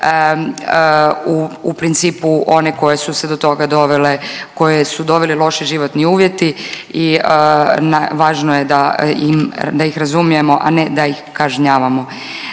u principu one koje su se do toga dovele, koje su doveli loši životni uvjeti i važno je da im, da ih razumijemo, a ne da ih kažnjavamo.